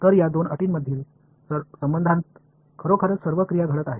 तर या दोन अटींमधील संबंधात खरोखरच सर्व क्रिया घडत आहेत